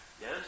yes